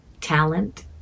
talent